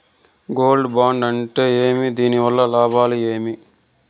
Gold bond అంటే ఏమి? దీని వల్ల లాభాలు ఏమి?